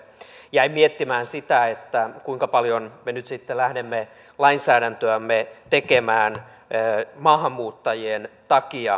jäin miettimään sitä kuinka paljon me nyt sitten lähdemme lainsäädäntöämme tekemään maahanmuuttajien takia